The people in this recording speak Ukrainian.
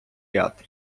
ряд